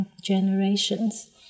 generations